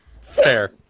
Fair